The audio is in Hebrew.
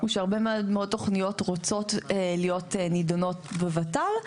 הוא שהרבה מאוד מהתוכניות רוצות להיות נידונות בוות"ל,